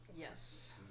Yes